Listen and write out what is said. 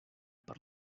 per